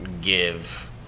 give